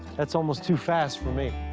that's almost too fast for me.